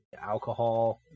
alcohol